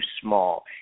small